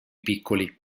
piccoli